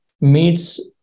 meets